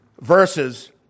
verses